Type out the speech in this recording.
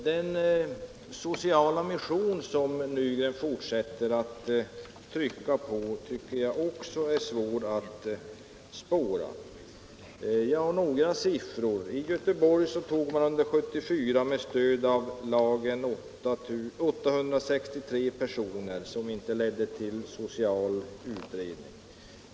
Den sociala mission som herr Nygren fortsätter att trycka på tycker jag också är svår att spåra. Jag har några siffror. I Göteborg tog man 1974 med stöd av lagen 864 personer utan att detta ledde till social utredning.